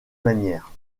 manière